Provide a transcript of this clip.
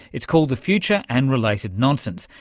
it's called the future and related nonsense,